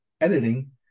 editing